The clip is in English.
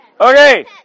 Okay